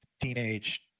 teenage